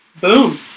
boom